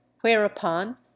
whereupon